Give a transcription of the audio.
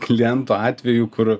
kliento atvejų kur